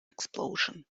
explosion